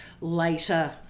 later